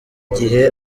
gihe